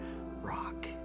rock